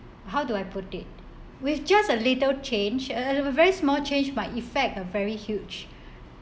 how do I put it with just a little change a~ a very small change by effect a very huge